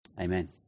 Amen